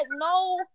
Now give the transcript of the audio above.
no